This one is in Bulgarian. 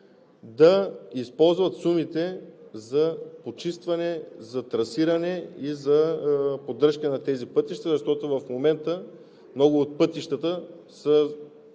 да използват сумите за почистване, за трасиране и за поддръжка на тези пътища, защото в момента много от пътищата са